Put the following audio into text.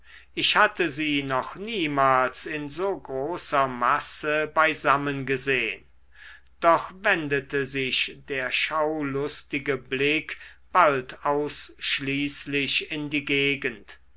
ich hatte sie noch niemals in so großer masse beisammen gesehn doch wendete sich der schaulustige blick bald ausschließlich in die gegend